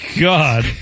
God